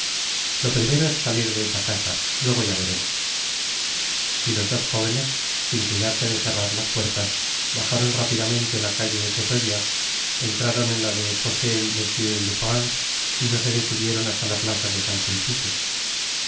lo primero es salir de esa casa luego ya veremos y los dos jóvenes sin cuidarse de cerrar las puertas bajaron rápidamente la calle de fossoyeurs entraron en la de fossés monsieur le prince y no se detuvieron hasta la plaza de